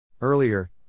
Earlier